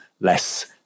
less